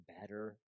better